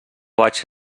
vaig